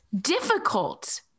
difficult